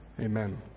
amen